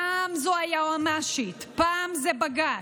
פעם זו היועמ"שית, פעם זה בג"ץ,